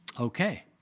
Okay